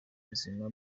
buzima